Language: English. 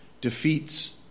defeats